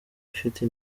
ifite